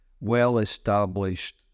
well-established